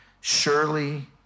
Surely